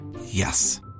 Yes